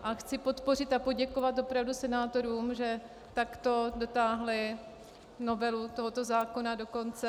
A chci podpořit a poděkovat opravdu senátorům, že takto dotáhli novelu tohoto zákona do konce.